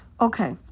okay